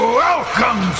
welcome